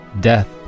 death